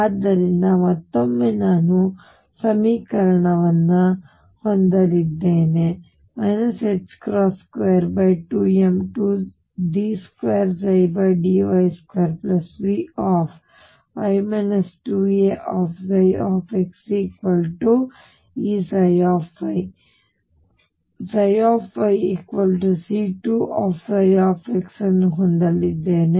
ಆದ್ದರಿಂದ ಮತ್ತೊಮ್ಮೆ ನಾನು ಸಮೀಕರಣವನ್ನು ಹೊಂದಲಿದ್ದೇನೆ 22md2dy2Vy 2axEψy ಹಾಗಾಗಿ ನಾನು yC2 x ಅನ್ನು ಹೊಂದಲಿದ್ದೇನೆ